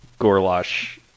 Gorlash